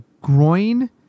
groin